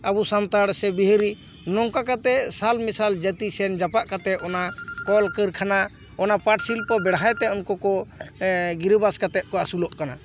ᱟᱵᱚ ᱥᱟᱱᱛᱟᱲ ᱥᱮ ᱵᱤᱦᱟᱹᱨᱤ ᱱᱚᱝᱠᱟ ᱠᱟᱛᱮᱫ ᱥᱟᱞ ᱢᱮᱥᱟᱞ ᱡᱟᱛᱤ ᱥᱮᱱ ᱡᱟᱯᱟᱜ ᱠᱟᱛᱮᱫ ᱚᱱᱟ ᱠᱚᱞ ᱠᱟᱹᱨᱠᱷᱟᱱᱟ ᱚᱱᱟ ᱯᱟᱴ ᱥᱤᱞᱯᱚ ᱵᱮᱲᱦᱟᱭ ᱛᱮ ᱩᱱᱠᱩ ᱠᱚ ᱜᱤᱨᱟᱹᱵᱟᱥ ᱠᱟᱛᱮᱫ ᱠᱚ ᱟᱹᱥᱩᱞᱚᱜ ᱠᱟᱱᱟ